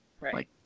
Right